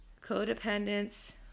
Codependence